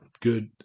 good